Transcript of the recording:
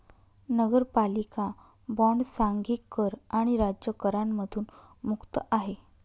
नगरपालिका बॉण्ड सांघिक कर आणि राज्य करांमधून मुक्त आहे